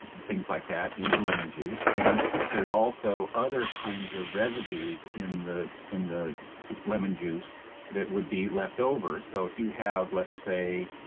things like that in the lemon juice, and there's also other kind of residues in the in the lemon juice that would be left over, so if you have let's say